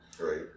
right